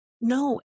no